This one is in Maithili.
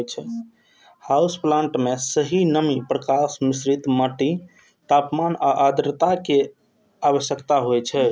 हाउस प्लांट कें सही नमी, प्रकाश, मिश्रित माटि, तापमान आ आद्रता के आवश्यकता होइ छै